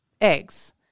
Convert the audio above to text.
eggs